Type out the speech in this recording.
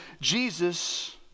Jesus